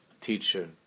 Teacher